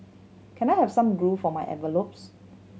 can I have some glue for my envelopes